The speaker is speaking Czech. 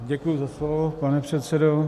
Děkuji za slovo, pane předsedo.